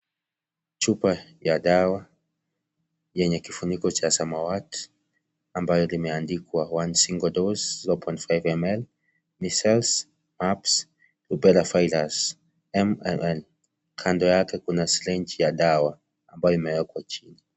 Chupa ya dawa yenye kifuniko cha samawati ambalo limeandikwa(cs) one single dose 0.5ML, measles, mumps, lubera virus, MIR(cs),kando yake kuna (cs) syrange(cs) ya dawa ambayo imewekwa chini.